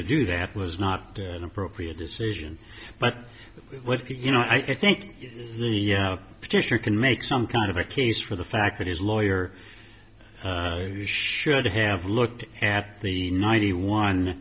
to do that was not appropriate decision but you know i think the petitioner can make some kind of a case for the fact that his lawyer should have looked at the ninety one